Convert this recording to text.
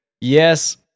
yes